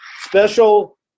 special